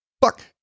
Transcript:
fuck